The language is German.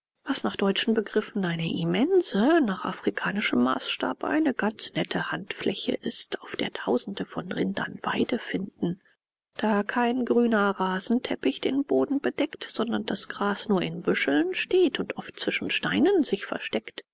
was nach deutschen begriffen eine immense nach afrikanischem maßstab eine ganz nette handfläche ist auf der tausende von rindern weide finden da kein grüner rasenteppich den boden bedeckt sondern das gras nur in büscheln steht und oft zwischen steinen sich versteckt